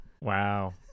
Wow